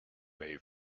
wave